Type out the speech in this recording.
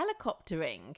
helicoptering